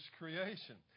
creation